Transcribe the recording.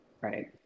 Right